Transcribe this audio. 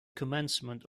commencement